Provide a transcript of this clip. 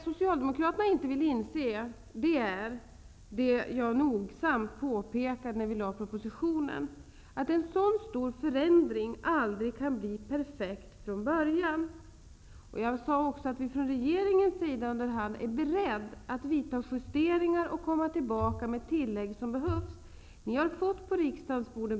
Socialdemokraterna vill inte inse att en sådan här stor förändring aldrig kan bli perfekt från början, vilket jag nogsamt påpekade när propositionen lades fram. Jag sade även att vi från regeringens sida är beredda att vidta justeringar och återkomma med tillägg när så behövs.